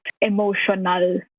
emotional